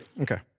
okay